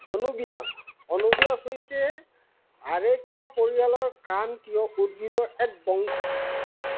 অনুবিয়াছ অনুবিয়াছ হৈছে আৰেকিয়া পৰিয়ালৰ ক্ৰান্তীয় উদ্ভিদৰ এক বংশ